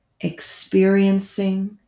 experiencing